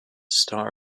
star